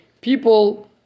people